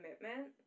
commitment